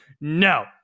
no